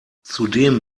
zudem